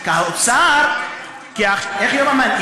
האוצר, איך הוא יממן?